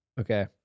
Okay